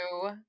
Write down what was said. two